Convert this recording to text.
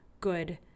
good